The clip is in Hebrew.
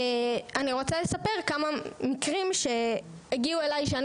אני רוצה לספר על מקרים שהגיעו אליי ושאני